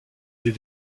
des